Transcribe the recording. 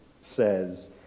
says